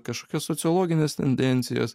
kažkokias sociologines tendencijas